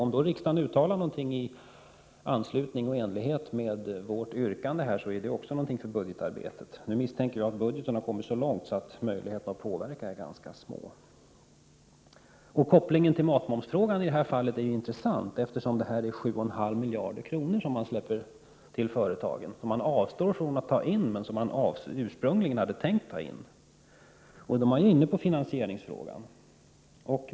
Om riksdagen då uttalar sig i enlighet med vårt yrkande är det också någonting att ta hänsyn till i budgetarbetet. Nu misstänker jag att budgetarbetet kommit så långt att möjligheterna att påverka det är ganska små. Kopplingen till matmomsfrågan i det här fallet är intressant. Det är 7,5 miljarder kronor som man ursprungligen hade tänkt ta in från företagen men som man nu avstår från. Då är vi inne på finansieringsfrågan.